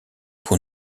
pour